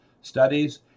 studies